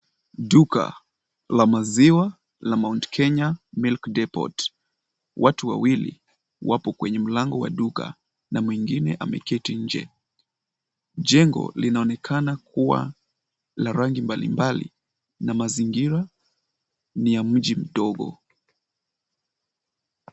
Duka la maziwa la Mt Kenya milk depot . Watu wawili wapo kwenye mlango wa duka na mwingine ameketi nje. Jengo linaonekana kuwa la rangi mbalimbali na mazingira ni ya mji mdogo.